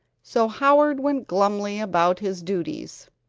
so howard went glumly about his duties,